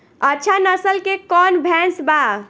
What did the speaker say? अच्छा नस्ल के कौन भैंस बा?